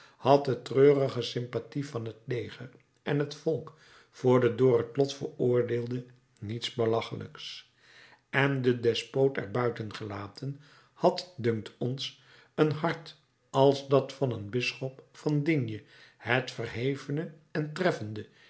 had de treurige sympathie van het leger en het volk voor den door het lot veroordeelde niets belachelijks en den despoot er buiten gelaten had dunkt ons een hart als dat van den bisschop van digne het verhevene en treffende